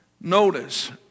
Notice